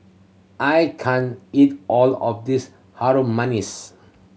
I can't eat all of this Harum Manis